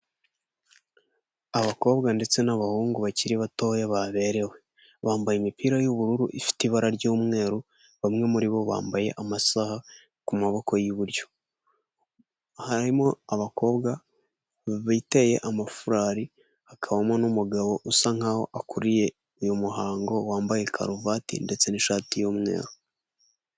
Abakobwa ndetse n'abahungu bakiri batoya baberewe, bambaye imipira y'ubururu ifite ibara ry'umweru, bamwe muri bo bambaye amasaha ku maboko y'iburyo, harimo abakobwa biteye amafurari, hakabamo n'umugabo usa nkaho akuriye uyu muhango wambaye karuvati, ndetse n'ishati y'umweru.